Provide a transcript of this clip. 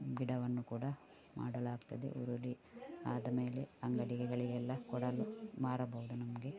ಗಿಡವನ್ನು ಕೂಡ ಮಾಡಲಾಗ್ತದೆ ಹುರುಳಿ ಆದಮೇಲೆ ಅಂಗಡಿಗಳಿಗೆಲ್ಲ ಕೊಡಲು ಮಾರಬಹುದು ನಮಗೆ